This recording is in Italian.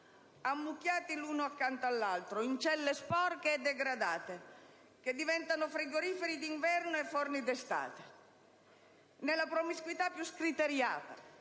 ammucchiati l'uno accanto all'altro, in celle sporche e degradate, che diventano frigoriferi d'inverno e forni d'estate, nella promiscuità più scriteriata: